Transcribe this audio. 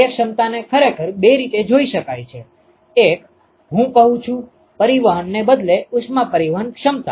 કાર્યક્ષમતાને ખરેખર બે રીતે જોઈ શકાય છે એક હું કહું છું પરિવહનને બદલે ઉષ્મા પરિવહન કાર્યક્ષમતા